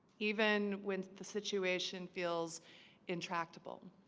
even when the situation feels intractable